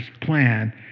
plan